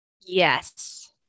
Yes